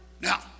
Now